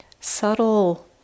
subtle